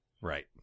Right